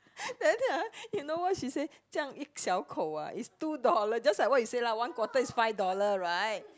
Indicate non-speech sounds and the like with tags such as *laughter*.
*breath* then after that ah you know what she say 这样一小口 ah is two dollar just like what you say lah one quarter is five dollar right